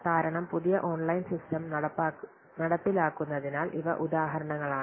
കാരണം പുതിയ online system നടപ്പിലാക്കുന്നതിനാൽ ഇവ ഉദാഹരണങ്ങളാണ്